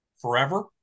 forever